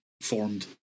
formed